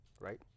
right